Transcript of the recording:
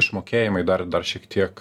išmokėjimai dar dar šiek tiek